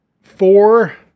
four